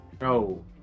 No